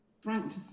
Frank